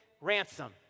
ransom